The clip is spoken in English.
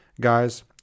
Guys